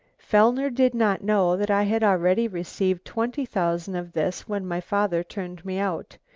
fellner did not know that i had already received twenty thousand of this when my father turned me out.